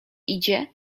idzie